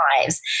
lives